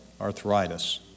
arthritis